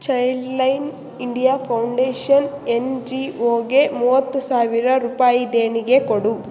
child line India Foundation N G ಓಗೆ ಮೂವತ್ತು ಸಾವಿರ ರೂಪಾಯಿ ದೇಣಿಗೆ ಕೊಡು